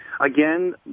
again